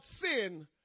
sin